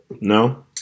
No